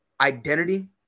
identity